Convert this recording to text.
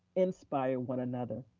inspire one another,